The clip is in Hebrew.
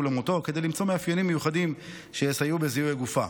למותו כדי למצוא מאפיינים מיוחדים שיסייעו בזיהוי הגופה.